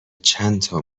چندتا